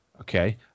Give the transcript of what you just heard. Okay